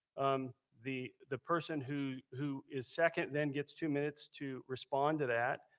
um the the person who who is second then gets two minutes to respond to that.